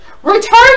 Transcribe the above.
Return